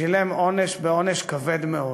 שילם עונש, ועונש כבד מאוד.